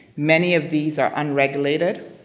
many of these are unregulated,